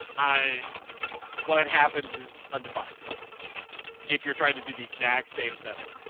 i what and happens is undefined if you're trying to do the exact same setting.